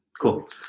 Cool